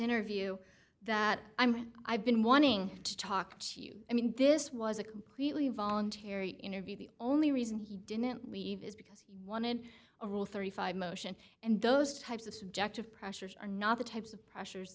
interview that i've been wanting to talk to you i mean this was a completely voluntary interview the only reason he didn't leave is because he wanted a rule thirty five motion and those types of subjective pressures are not the types of pressures